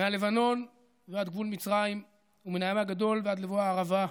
מהלבנון ועד מדבר מצרים ומן הים הגדול עד לבוא הערבה,